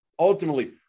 Ultimately